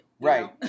Right